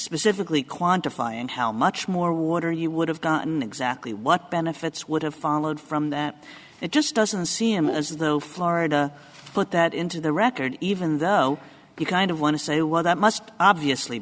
specifically quantify and how much more water you would have gotten exactly what benefits would have followed from that it just doesn't seem as though florida put that into the record even though you kind of want to say well that must obviously